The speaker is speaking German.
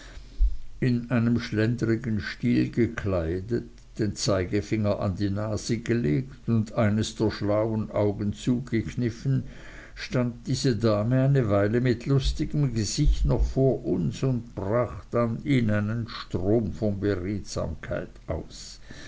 in einem schlendrigen stil gekleidet den zeigefinger an die nase gelegt und eines der schlauen augen zugekniffen stand diese dame eine weile mit lustigem gesicht noch vor uns und brach dann in einen strom von beredsamkeit aus